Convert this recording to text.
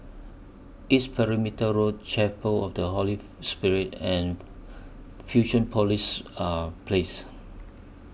East Perimeter Road Chapel of The Holy Spirit and Fusionopolis Place